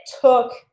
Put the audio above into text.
took